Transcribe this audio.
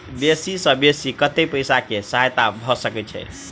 बेसी सऽ बेसी कतै पैसा केँ सहायता भऽ सकय छै?